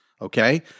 okay